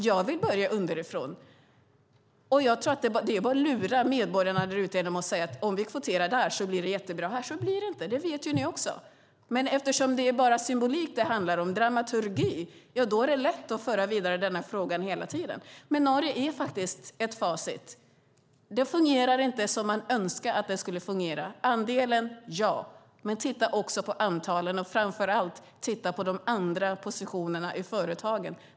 Jag vill börja underifrån. Det är bara att lura medborgarna när vi säger att om vi kvoterar där blir det bra här. Så blir det inte. Det vet ni också. Eftersom det bara handlar om symbolik, dramaturgi, är det lätt att föra frågan vidare. Norge är ett facit. Där fungerar det inte som man skulle önska: För andelen, ja, men titta också på antalet, framför allt på de andra positionerna i företagen.